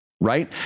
right